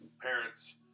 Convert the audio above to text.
parents